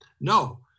No